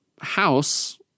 house